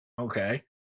Okay